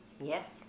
Yes